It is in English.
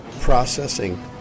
Processing